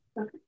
Okay